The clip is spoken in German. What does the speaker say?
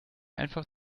einfach